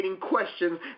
questions